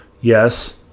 Yes